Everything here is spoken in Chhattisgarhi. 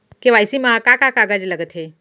के.वाई.सी मा का का कागज लगथे?